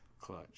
Clutch